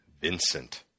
Vincent